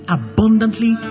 abundantly